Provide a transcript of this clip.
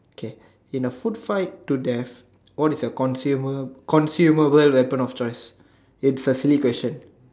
okay in a food fight to death what is your consumer consumable weapon of choice it's a silly question